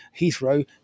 Heathrow